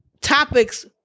topics